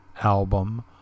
album